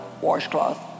washcloth